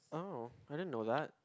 oh I didn't know that